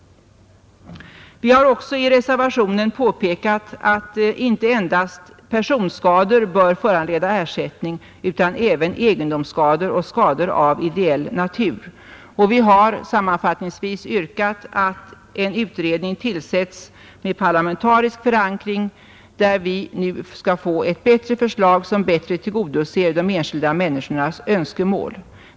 Vi har också i reservationen påpekat att inte endast personskador bör föranleda ersättning utan även egendomsskador och skador av ideell natur. Sammanfattningsvis har vi yrkat att en utredning med parlamentarisk förankring tillsätts, så att vi kan få ett förslag som bättre tillgodoser de enskilda människornas önskemål.